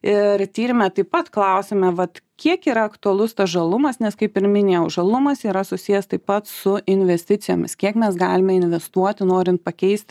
ir tyrime taip pat klausiame vat kiek yra aktualus tas žalumas nes kaip ir minėjau žalumas yra susijęs taip pat su investicijomis kiek mes galime investuoti norint pakeisti